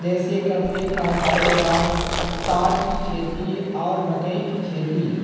جیسے کپڑے کا کاروبار پاٹ کی کھیتی اور مکئی کی کھیتی